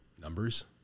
Numbers